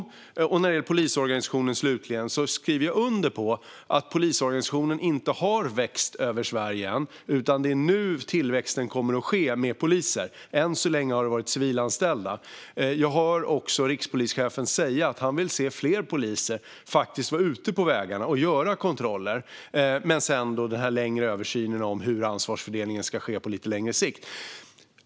När det slutligen gäller polisorganisationen skriver jag under på att den ännu inte har vuxit över Sverige. Det är nu tillväxten med poliser kommer att ske. Än så länge har det handlat om civilanställda. Jag hör också rikspolischefen säga att han vill se att fler poliser är ute på vägarna och gör kontroller. Han talar också om den större översynen om hur ansvarsfördelningen ska ske på lite längre sikt.